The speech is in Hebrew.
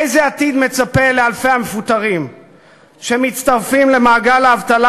איזה עתיד מצפה לאלפי המפוטרים שמצטרפים למעגל האבטלה